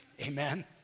Amen